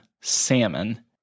Salmon